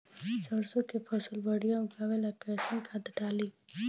सरसों के फसल बढ़िया उगावे ला कैसन खाद डाली?